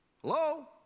Hello